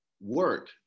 Work